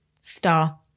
Star